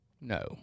No